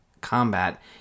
combat